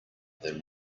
than